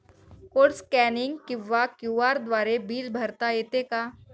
Code scanning किंवा Q R bill भरता येते का?